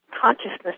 consciousness